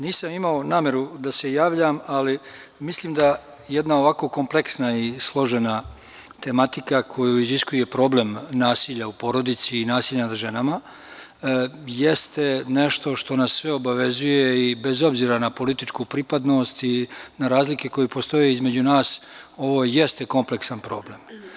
Nisam imao nameru da se javljam, ali mislim da jedna ovako kompleksna i složena tematika koju iziskuje problem nasilja u porodici i nasilja nad ženama jeste nešto što nas sve obavezuje i bez obzira na političku pripadnost i na razlike koje postoje između nas, ovo jeste kompleksan problem.